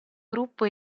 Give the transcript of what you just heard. gruppo